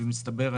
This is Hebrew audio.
במצטבר,